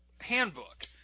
handbook